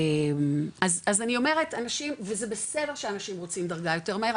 אז אני אומרת אנשים וזה בסדר שאנשים רוצים דרגה יותר מהר,